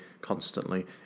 constantly